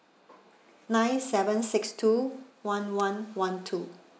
nine seven six two one one one two